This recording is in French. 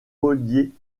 reliés